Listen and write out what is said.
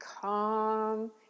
calm